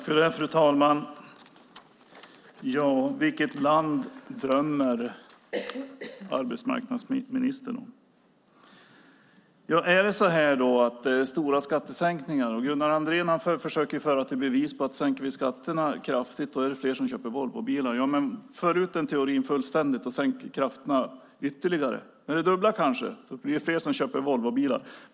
Fru talman! Vilket land drömmer arbetsmarknadsministern om? Handlar det om stora skattesänkningar? Gunnar Andrén försöker bevisa att det är fler som köper Volvobilar om vi sänker skatterna kraftigt. Ja, men för ut den teorin fullständigt! Om man sänker skatterna ytterligare, med det dubbla, blir det kanske fler som köper Volvobilar.